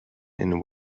and